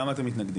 למה אתם מתנגדים?